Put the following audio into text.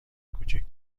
کوچک